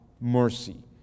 mercy